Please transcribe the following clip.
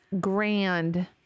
grand